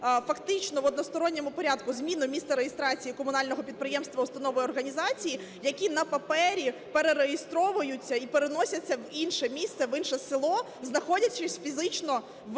фактично в односторонньому порядку зміну місця реєстрації комунального підприємства, установи, організації, які на папері перереєстровуються і переносяться в інше місце, в інше село, знаходячись фізично в